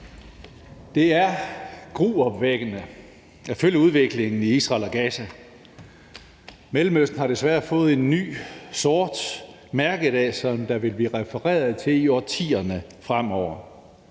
Det er gruopvækkende at følge udviklingen i Israel og Gaza. Mellemøsten har desværre fået en ny sort mærkedag, som der vil blive refereret til i årtierne fremover.